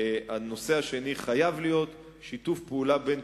הנושא השני חייב להיות שיתוף פעולה בין